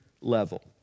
level